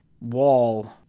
wall